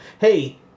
hey